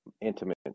intimate